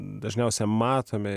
dažniausia matome